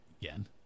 again